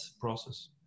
process